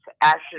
ashes